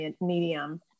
medium